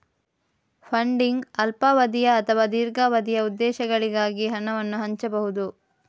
funding ಅಲ್ಪಾವಧಿಯ ಅಥವಾ ದೀರ್ಘಾವಧಿಯ ಉದ್ದೇಶಗಳಿಗಾಗಿ ಹಣವನ್ನು ಹಂಚಬಹುದು